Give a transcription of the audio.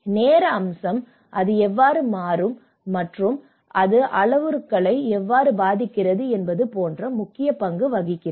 நேர அம்சம் அது எவ்வாறு மாறும் மற்றும் அது அளவுருக்களை எவ்வாறு பாதிக்கிறது என்பது போன்ற முக்கிய பங்கு வகிக்கிறது